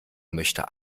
möchte